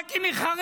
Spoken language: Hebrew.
רק אם היא חרדית